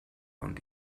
und